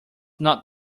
not